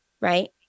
right